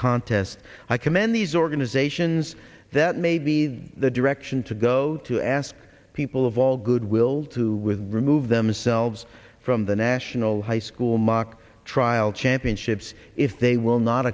contest i commend these organizations that may be the direction to go to ask people of all goodwill to with remove themselves from the national high school mock trial championships if they will not